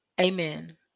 Amen